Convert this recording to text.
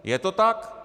Je to tak?